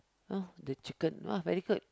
oh the chicken !wah! very good